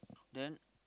then